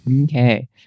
okay